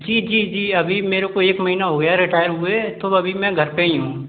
जी जी जी अभी मेरे को एक महीना हो गया है रिटायर हुए तो अभी तो मैं घर पर ही हूँ